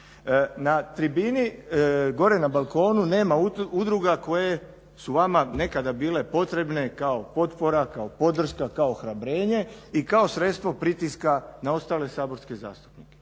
Na tribini gore na balkonu nema udruga koje su vama nekada bile potrebne kao potpora, kao podrška, kao ohrabrenje i kao sredstvo pritiska na ostale saborske zastupnike.